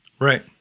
Right